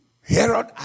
Herod